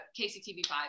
KCTV5